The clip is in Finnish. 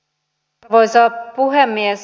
arvoisa puhemies